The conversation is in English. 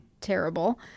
terrible